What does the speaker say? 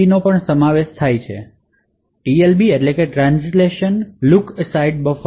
નો પણ સમાવેશ થાય છે જે ટ્રાન્સલેશન લૂક એસાઇડ બફર છે